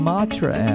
Matra